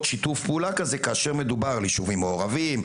שיתוף פעולה כזה כאשר מדובר על יישובים מעורבים,